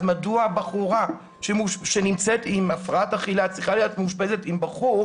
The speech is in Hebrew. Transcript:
אז מדוע אישה שנמצאת עם הפרעת אכילה צריכה להיות מאושפזת עם גבר,